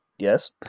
Yes